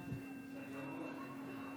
של חברת הכנסת,